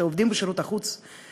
שעובדים בשירות החוץ,